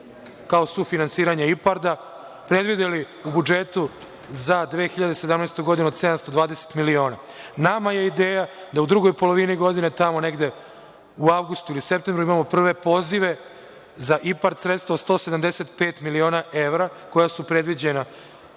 kao sufinansiranje IPARD-a predvideli u budžetu za 2017. godinu od 720 miliona. Nama je ideja da u drugoj polovini godine, tamo negde, u avgustu ili septembru imamo prve pozive za IPARD sredstva od 175 miliona evra koja su predviđena